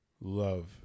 love